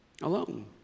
Alone